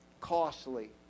costly